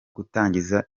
gutangiza